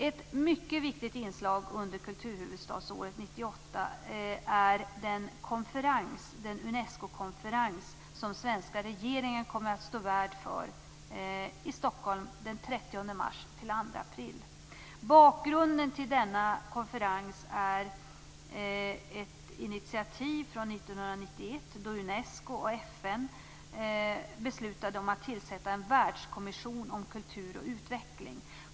Ett mycket viktigt inslag under Kulturhuvudstadsåret 98 är den Unescokonferens som den svenska regeringen kommer att stå värd för i Stockholm 30 mars-2 april. Bakgrunden till denna konferens är ett initiativ från 1991 då Unesco och FN beslutade att tillsätta en världskommission om kultur och utveckling.